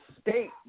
state